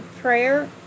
prayer